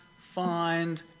find